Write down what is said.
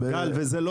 גל, זה לא